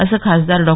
असे खासदार डॉ